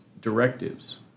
directives